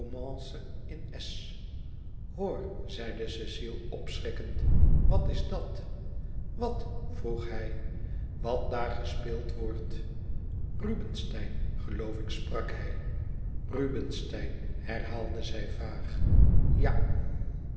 hoor zeide cecile opschrikkend wat is dat wat vroeg hij wat daar gespeeld wordt rubinstein geloof ik sprak hij rubinstein herhaalde zij vaag ja